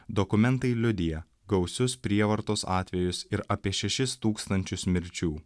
dokumentai liudija gausius prievartos atvejus ir apie šešis tūkstančius mirčių